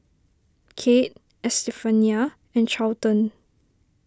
Kade Estefania and Charlton